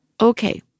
Okay